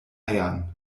eiern